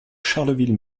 charleville